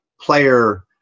player